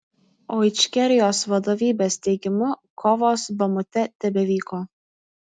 o ičkerijos vadovybės teigimu kovos bamute tebevyko